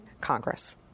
Congress